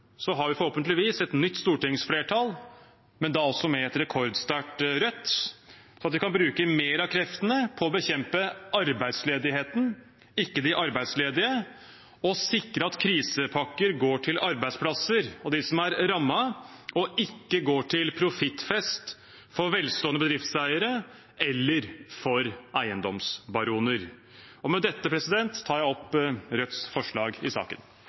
har vi forhåpentligvis et nytt stortingsflertall, da også med et rekordsterkt Rødt, slik at vi kan bruke mer av kreftene på å bekjempe arbeidsledigheten, ikke de arbeidsledige, og sikre at krisepakker går til arbeidsplasser og dem som er rammet, ikke til profittfest for velstående bedriftseiere eller eiendomsbaroner. Med dette tar jeg opp Rødts forslag i saken.